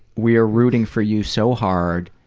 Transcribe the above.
we're rooting for you so hard,